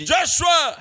Joshua